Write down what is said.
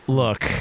look